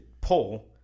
pull